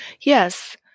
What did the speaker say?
Yes